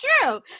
true